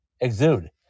exude